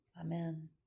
Amen